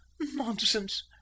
nonsense